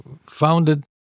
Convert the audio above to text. founded